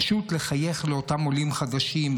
פשוט לחייך לאותם עולים חדשים,